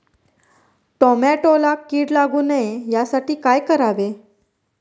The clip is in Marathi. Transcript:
टोमॅटोला कीड लागू नये यासाठी काय करावे?